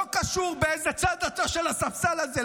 לא קשור באיזה צד של הספסל הזה אתה.